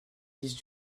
dix